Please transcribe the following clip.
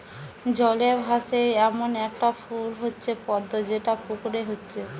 জলে ভাসে এ্যামন একটা ফুল হচ্ছে পদ্ম যেটা পুকুরে হচ্ছে